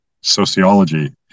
sociology